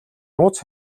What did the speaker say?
нууц